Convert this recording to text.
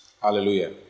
Hallelujah